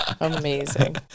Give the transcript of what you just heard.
Amazing